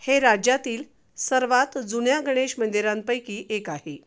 हे राज्यातील सर्वात जुन्या गणेश मंदिरांपैकी एक आहे